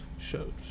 Shows